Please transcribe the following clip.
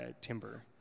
timber